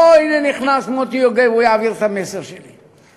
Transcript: אוה, הנה, נכנס מוטי יוגב, הוא יעביר את המסר שלי.